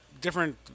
different